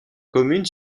commune